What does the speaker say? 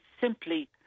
simply